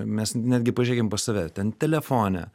mes netgi pažiūrėkim pas save ten telefone